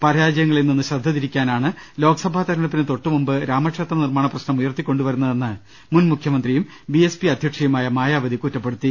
പരാജയങ്ങളിൽ നിന്ന് ശ്രദ്ധ തിരിക്കാ നാണ് ലോക്സഭാ തെര്ഞ്ഞെടുപ്പിന് തൊട്ടുമുമ്പ് രാമക്ഷേത്ര നിർമ്മാണ പ്രശ്നം ഉയർത്തിക്കൊണ്ടു വരു ന്നതെന്ന് മുൻ മുഖ്യമന്ത്രിയും ബി എസ് പി അധ്യക്ഷയുമായ മായാവതി കുറ്റപ്പെടുത്തി